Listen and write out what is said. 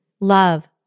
Love